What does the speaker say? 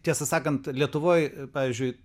tiesą sakant lietuvoj pavyzdžiui